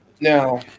Now